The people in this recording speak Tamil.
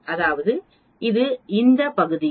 அதாவது இது இந்த பகுதியை 0